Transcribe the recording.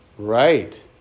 Right